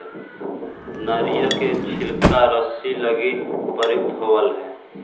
नरियर के छिलका रस्सि लगी प्रयुक्त होवऽ हई